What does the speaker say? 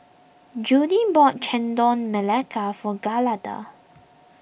Judy bought Chendol Melaka for Giada